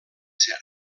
cert